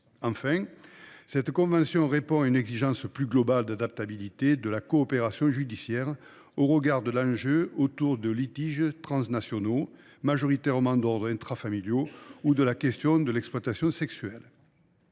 Enfin, cette convention répond à une exigence plus globale d’adaptabilité de la coopération judiciaire, au regard d’enjeux autour de litiges transnationaux, majoritairement d’ordre intrafamilial, ou de la question de l’exploitation sexuelle.